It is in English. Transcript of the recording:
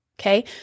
Okay